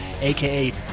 aka